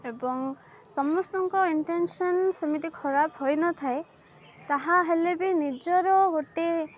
ଏବଂ ସମସ୍ତଙ୍କ ଇଣ୍ଟେନସନ୍ ସେମିତି ଖରାପ ହୋଇନଥାଏ ତାହା ହେଲେ ବି ନିଜର ଗୋଟେ